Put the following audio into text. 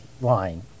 line